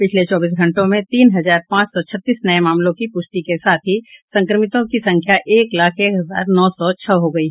पिछले चौबीस घंटों में तीन हजार पांच सौ छत्तीस नये मामलों की पुष्टि के साथ ही संक्रमितों की संख्या एक लाख एक हजार नौ सौ छह हो गयी